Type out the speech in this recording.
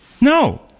No